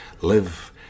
live